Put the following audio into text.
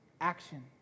action